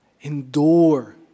Endure